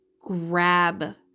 grab